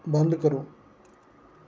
बंद करो